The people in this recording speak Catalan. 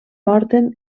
porten